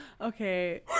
Okay